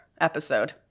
episode